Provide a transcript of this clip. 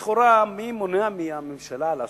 לכאורה מי מונע מהממשלה לעשות?